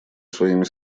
своими